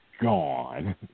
gone